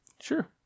Sure